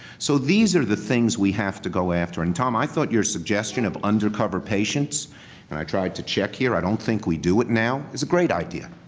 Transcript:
so these are the things we have to go after. and tom, i thought your suggestion of undercover patients and i tried to check here, i don't think we do it now is a great idea,